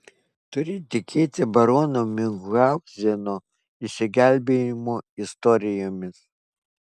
turi tikėti barono miunchauzeno išsigelbėjimo istorijomis